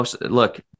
Look